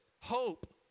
Hope